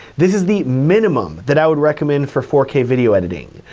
this is the minimum that i would recommend for four k video editing.